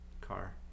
car